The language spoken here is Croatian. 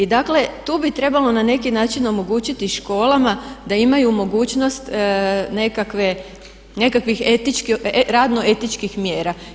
Dakle, tu bi trebalo na neki način omogućiti školama da imaju mogućnost nekakvih radno etičkih mjera.